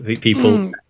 people